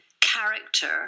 character